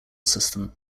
system